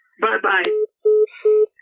Bye-bye